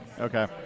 Okay